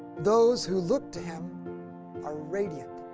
those who look to him are radiant